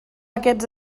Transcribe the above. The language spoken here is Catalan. aquests